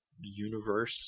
universe